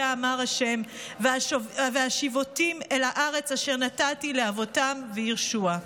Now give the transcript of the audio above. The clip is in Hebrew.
אמר ה' וַהֲשִׁבֹתִים אל הארץ אשר נתתי לאבותם וירשוה".